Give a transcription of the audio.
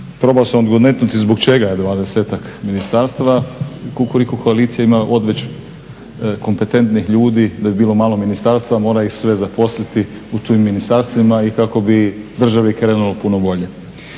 probao sam odgonetnuti zbog čega je dvadesetak ministarstava, Kukuriku koalicija ima odveć kompetentnih ljudi, da bi bilo malo ministarstava mora ih sve zaposliti u tim ministarstvima i kako bi državi krenulo puno bolje.